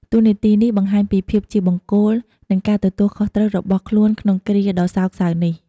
តួនាទីនេះបង្ហាញពីភាពជាបង្គោល និងការទទួលខុសត្រូវរបស់ខ្លួនក្នុងគ្រាដ៏សោកសៅនេះ។